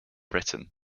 written